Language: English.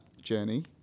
journey